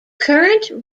current